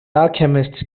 alchemist